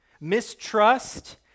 mistrust